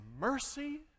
mercy